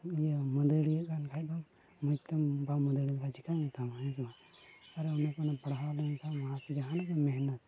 ᱤᱭᱟᱹ ᱢᱟᱹᱫᱟᱹᱲᱤᱭᱟᱹ ᱠᱟᱱ ᱠᱷᱟᱱ ᱫᱚᱢ ᱢᱚᱡᱽᱛᱮ ᱵᱟᱢ ᱢᱟᱹᱫᱟᱹᱲᱤᱭᱟᱹ ᱞᱮᱱᱠᱷᱟᱱ ᱪᱤᱠᱟᱹᱭ ᱢᱮᱛᱟᱢᱟ ᱦᱮᱸ ᱥᱮ ᱵᱟᱝ ᱟᱨ ᱚᱱᱟ ᱠᱚ ᱚᱱᱮᱢ ᱯᱟᱲᱦᱟᱣ ᱞᱮᱱᱠᱷᱟᱱ ᱢᱟ ᱥᱮ ᱡᱟᱦᱟᱱᱟᱜ ᱜᱮᱢ ᱢᱮᱦᱱᱚᱛ